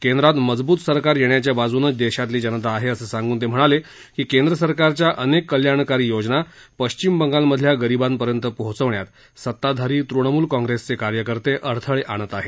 कैद्रात मजबूत सरकार येण्याच्या बाजूनं देशातली जनता आहे असं सांगून ते म्हणाले की केंद्र सरकारच्या अनेक कल्याणकारी योजना पश्चिम बंगालमधल्या गरिबांपर्यंत पोहोचण्यात सताधारी तृणमूल काँग्रेसचे कार्यकर्ते अडथळे आणत आहेत